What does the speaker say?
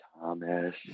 Thomas